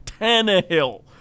Tannehill